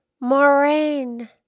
Moraine